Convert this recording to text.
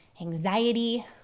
anxiety